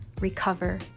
recover